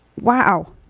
Wow